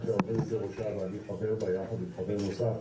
עומדת בראשה ואני חבר בה יחד עם חבר נוסף,